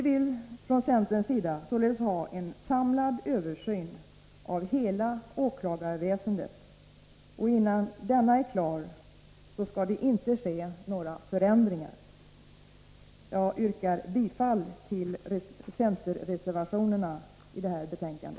Vi från centern vill således ha en samlad översyn av hela åklagarväsendet, och innan denna är klar skall det inte ske några förändringar. Jag yrkar bifall till centerreservationerna i detta betänkande.